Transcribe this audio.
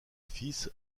fils